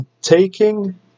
taking